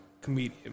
comedian